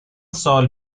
سال